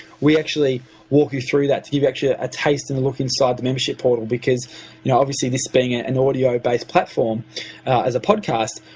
we actually walk you through that to give you ah a taste and a look inside the membership portal, because you know obviously this being an audio-based platform as a podcast,